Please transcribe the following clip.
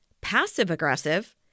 passive-aggressive